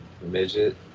midget